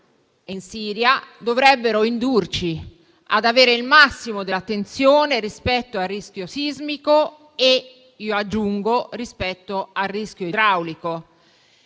in Siria dovrebbero indurci ad avere la massima attenzione rispetto al rischio sismico e, io aggiungo, rispetto al rischio idraulico.